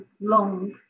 long